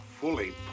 Fully